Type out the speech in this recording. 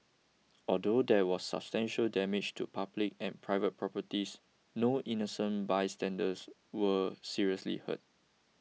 although there was substantial damage to public and private properties no innocent bystanders were seriously hurt